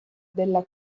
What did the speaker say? della